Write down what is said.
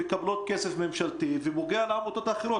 שמקבלות כסף ממשלתי ופוגע בעמותות האחרות.